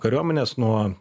kariuomenės nuo